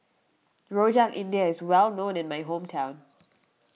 Rojak India is well known in my hometown